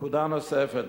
נקודה נוספת,